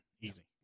Easy